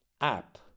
app